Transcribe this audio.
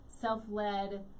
self-led